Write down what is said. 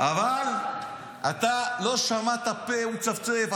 --- אבל אתה לא שמעת פה מצפצף.